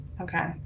Okay